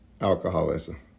alcoholism